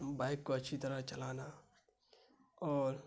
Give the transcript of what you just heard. bike کو اچھی طرح چلانا اور